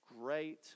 Great